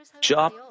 Job